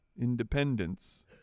Independence